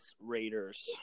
Raiders